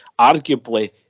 arguably